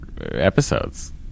episodes